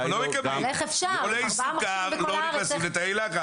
ואחר כך הוא לא יעיל בעבודה.